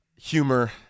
humor